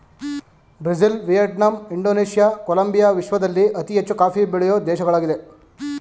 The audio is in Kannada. ಬ್ರೆಜಿಲ್, ವಿಯೆಟ್ನಾಮ್, ಇಂಡೋನೇಷಿಯಾ, ಕೊಲಂಬಿಯಾ ವಿಶ್ವದಲ್ಲಿ ಅತಿ ಹೆಚ್ಚು ಕಾಫಿ ಬೆಳೆಯೂ ದೇಶಗಳಾಗಿವೆ